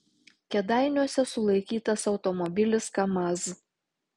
kėdainiuose sulaikytas automobilis kamaz